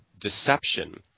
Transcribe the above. deception